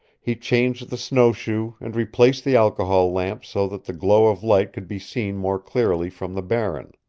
he changed the snowshoe and replaced the alcohol lamp so that the glow of light could be seen more clearly from the barren.